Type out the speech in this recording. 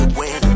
win